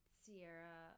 sierra